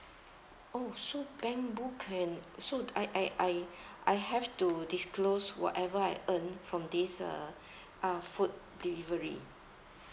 oh so bank book and so I I I I have to disclose whatever I earn from this uh uh food delivery